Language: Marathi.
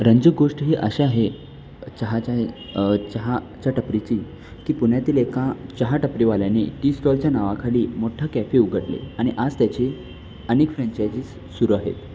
रंजक गोष्ट ही अशा आहे चहाच्या चहा च्या टपरीची की पुण्यातील एका चहा टपरीवाल्याने टी स्टॉलच्या नावाखाली मोठा कॅफे उघडले आणि आज त्याचे अनेक फ्रॅंचायजीस सुरू आहेत